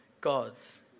God's